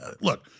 look